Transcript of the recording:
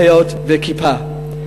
פאות וכיפה.